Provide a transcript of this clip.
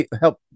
help